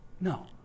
No